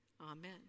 Amen